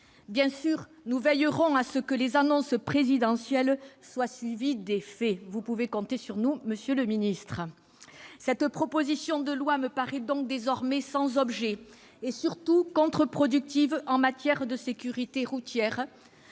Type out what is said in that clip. Bien sûr, nous veillerons à ce que les annonces présidentielles soient suivies d'effets. Vous pouvez compter sur nous, monsieur le secrétaire d'État. Cette proposition de loi me paraît donc désormais sans objet et, surtout, contre-productive en matière de sécurité routière,